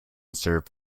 serve